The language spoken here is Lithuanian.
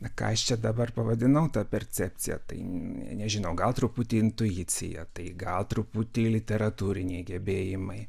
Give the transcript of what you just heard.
na ką aš čia dabar pavadinau ta percepcija tai nežinau gal truputį intuicija tai gal truputį literatūriniai gebėjimai